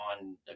on